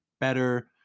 better